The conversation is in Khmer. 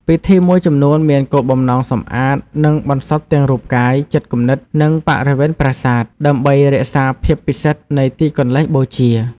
ពិធីមួយចំនួនមានគោលបំណងសម្អាត និងបន្សុទ្ធទាំងរូបកាយ ចិត្តគំនិត និងបរិវេណប្រាសាទ ដើម្បីរក្សាភាពពិសិដ្ឋនៃទីកន្លែងបូជា។